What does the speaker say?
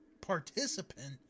participant